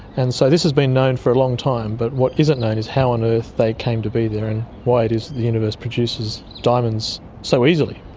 and so this has been known for a long time, but what isn't known is how on earth they came to be there and why it is the universe produces diamonds so easily.